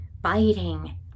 biting